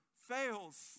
fails